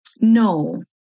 No